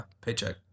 paycheck